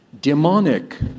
demonic